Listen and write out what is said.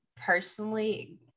personally